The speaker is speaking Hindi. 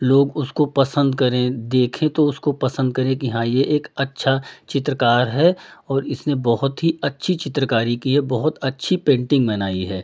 लोग उसको पसंद करें देखें तो उसको पसंद करें कि हाँ ये एक अच्छा चित्रकार है और इसने बहुत ही अच्छी चित्रकारी की है बहुत अच्छी पेन्टिंग बनाई है